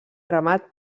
remat